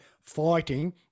fighting